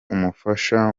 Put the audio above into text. umufasha